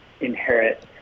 inherit